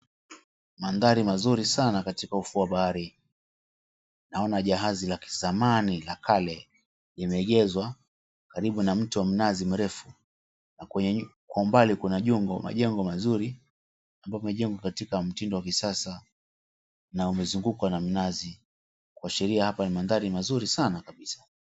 Maanthari mazuri sana katika ufuo wa bahari. Naona jahazi la kizamani la kale limeegeshwa karibu na mto wa mnazi mrefu. Kwa umbali kuna majengo mazuri ambayo yamejengwa katika mtindo wa kisasa na umezungukwa na mnazi kuashiria hapa ni maanthari mazuri sana.